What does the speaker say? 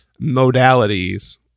modalities